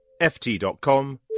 ft.com